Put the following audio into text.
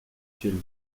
films